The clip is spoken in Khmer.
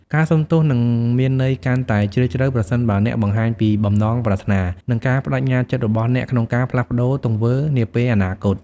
ការសុំទោសនឹងមានន័យកាន់តែជ្រាលជ្រៅ ប្រសិនបើអ្នកបង្ហាញពីបំណងប្រាថ្នា និងការប្តេជ្ញាចិត្តរបស់អ្នកក្នុងការផ្លាស់ប្តូរទង្វើនាពេលអនាគត។